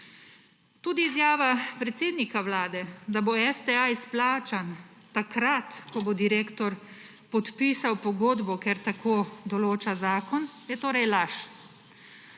Tudi izjava predsednika vlade, da bo STA izplačan takrat, ko bo direktor podpisal pogodbo, ker tako določa zakon, je torej laž.